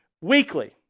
weekly